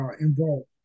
involved